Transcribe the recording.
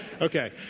Okay